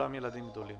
אתם ילדים גדולים.